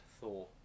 Thor